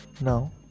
now